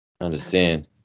understand